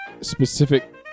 specific